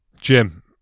Jim